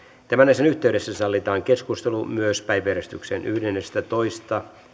tämän asian yhteydessä sallitaan keskustelu myös päiväjärjestyksen yhdennestätoista